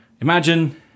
Imagine